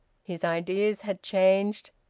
his ideas had changed,